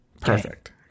Perfect